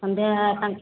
ସନ୍ଧ୍ୟା ପାଞ୍ଚ